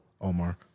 Omar